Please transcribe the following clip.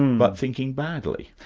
but thinking badly.